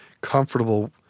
comfortable